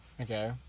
okay